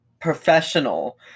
professional